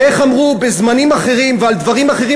ואיך אמרו בזמנים אחרים ועל דברים אחרים,